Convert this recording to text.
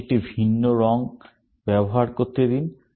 আমাকে একটি ভিন্ন রং ব্যবহার করতে দিন